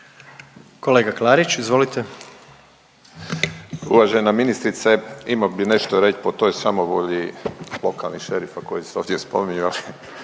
Tomislav (HDZ)** Uvažena ministrice, imao bih nešto reći po toj samovolji lokalnih šerifa koji se ovdje spominju,